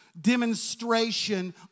demonstration